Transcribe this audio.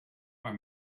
our